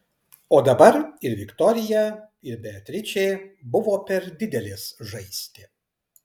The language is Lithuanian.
o dabar ir viktorija ir beatričė buvo per didelės žaisti